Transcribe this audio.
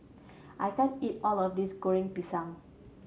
I can't eat all of this Goreng Pisang